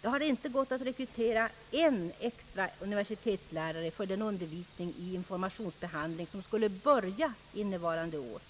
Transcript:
Det har inte gått att rekrytera en extra universitetslärare för den undervisning i informationsbehandling som skulle börja innevarande år.